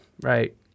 right